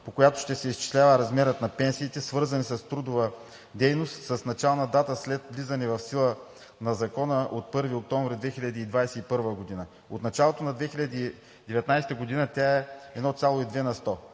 по която ще се изчислява размерът на пенсиите, свързани с трудова дейност с началната дата след влизане в сила на Закона от 1 октомври 2021 г. От началото на 2019 г. тя е 1,2 на сто.